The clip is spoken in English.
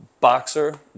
boxer